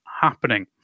happening